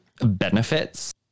benefits